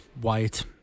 white